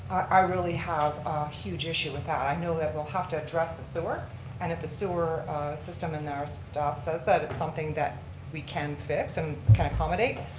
i really have a huge issue with that. i know that we'll have to address the sewer and if the sewer system and their staff says that it's something that we can fix and can accommodate,